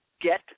get